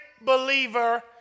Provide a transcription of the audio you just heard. believer